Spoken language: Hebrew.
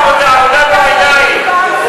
עבודה בעיניים.